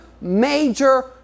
major